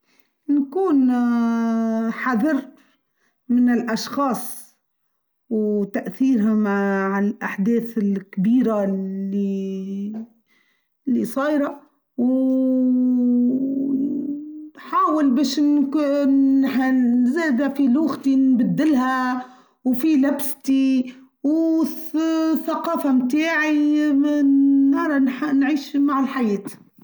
نكون حذر من الأشخاص وتأثيرهم على الأحداث الكبيرة اللي صايرة ونحاول باش نزيد في لوغتي نبدلها وفي لبستي والثقافة متاعي نعيش مع الحياة.